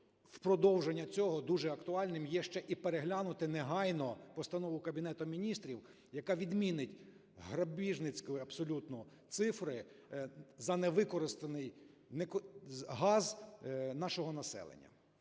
продовження цього, дуже актуальним є ще і переглянути негайно постанову Кабінету Міністрів, яка відмінить грабіжницьку абсолютно цифру за невикористаний газ нашого населення.